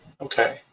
Okay